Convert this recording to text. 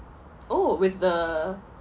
oh with the